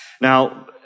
Now